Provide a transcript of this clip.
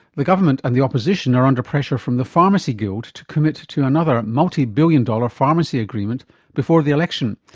the government and the opposition are under pressure from the pharmacy guild to commit to to another multi billion dollar pharmacy agreement before the election.